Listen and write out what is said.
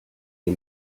ihr